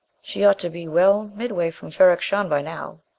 she ought to be well midway from ferrok-shahn by now.